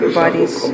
bodies